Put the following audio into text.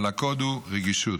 אבל הקוד הוא רגישות.